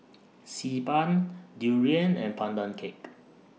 Xi Ban Durian and Pandan Cake